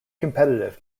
competitive